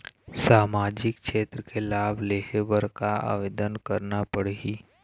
सामाजिक क्षेत्र के लाभ लेहे बर का आवेदन करना पड़ही?